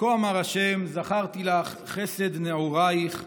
כה אמר ה': זכרתי לך חסד נעוריך,